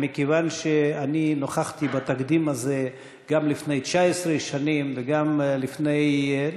מכיוון שאני נוכחתי בתקדים הזה גם לפני 19 שנים וגם לפני,